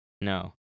No